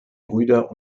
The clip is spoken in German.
brüder